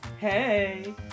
Hey